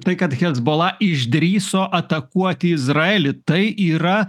tai kad hezbollah išdrįso atakuoti izraelį tai yra